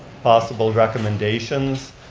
possible recommendations,